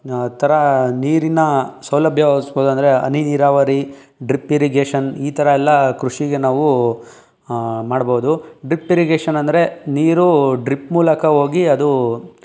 ಥರ ನೀರಿನ ಸೌಲಭ್ಯ ಒದ್ಸ್ಬೋದು ಅಂದರೆ ಹನಿ ನೀರಾವರಿ ಡ್ರಿಪ್ ಇರಿಗೇಷನ್ ಈ ಥರ ಎಲ್ಲ ಕೃಷಿಗೆ ನಾವು ಮಾಡ್ಬೋದು ಡ್ರಿಪ್ ಇರಿಗೇಷನ್ ಅಂದರೆ ನೀರು ಡ್ರಿಪ್ ಮೂಲಕ ಹೋಗಿ ಅದು